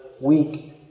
weak